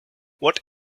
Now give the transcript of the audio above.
what